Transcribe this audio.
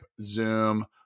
zoom